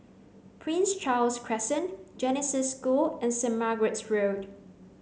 Prince Charles Crescent Genesis School and Saint Margaret's Road